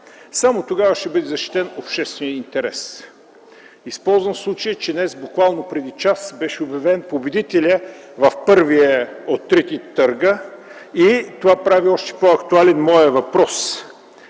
Само тогава ще бъде защитен общественият интерес. Използвам случая, че днес, буквално преди час, беше обявен победителят в първия от трите търга и това прави още по-актуален моят въпрос.